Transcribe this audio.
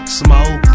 smoke